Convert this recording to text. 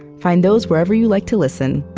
find those wherever you like to listen,